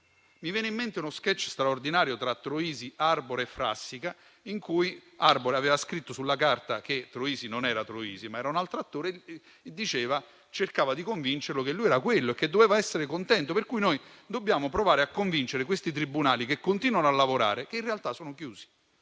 Mi viene in mente uno *sketch* straordinario tra Troisi, Arbore e Frassica, in cui Arbore aveva scritto sulla carta che Troisi non era Troisi, ma era un altro attore e cercava di convincerlo che lui era quello e che doveva essere contento. Noi quindi dobbiamo provare a convincere questi tribunali che continuano a lavorare che in realtà sono chiusi,